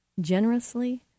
generously